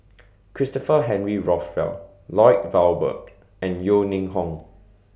Christopher Henry Rothwell Lloyd Valberg and Yeo Ning Hong